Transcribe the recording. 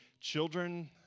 children